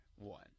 one